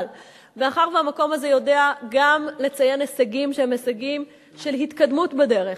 אבל מאחר שהמקום הזה יודע גם לציין הישגים שהם הישגים של התקדמות בדרך,